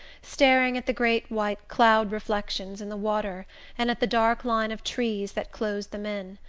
staring at the great white cloud-reflections in the water and at the dark line of trees that closed them in.